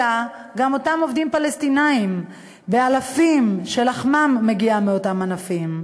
אלא גם אותם עובדים פלסטינים באלפים שלחמם מגיע מאותם ענפים?